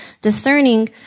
discerning